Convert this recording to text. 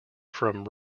from